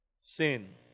Sin